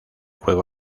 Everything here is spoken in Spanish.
juego